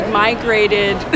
migrated